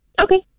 Okay